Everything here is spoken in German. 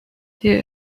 die